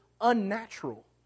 unnatural